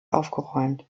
aufgeräumt